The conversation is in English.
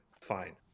fine